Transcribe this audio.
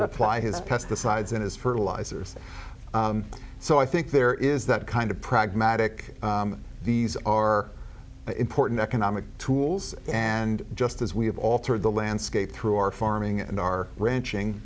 apply his pesticides and his fertilizers so i think there is that kind of pragmatic these are important economic tools and just as we have altered the landscape through our farming and our ranching